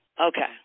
Okay